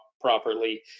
properly